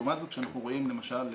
לעומת זאת כשאנחנו רואים, למשל,